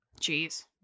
Jeez